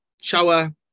shower